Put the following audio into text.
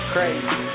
Crazy